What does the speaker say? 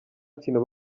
kintu